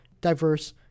diverse